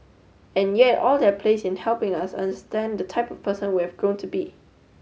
and yet all have their place in helping us understand the type person we have grown to be